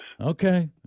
Okay